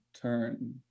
turn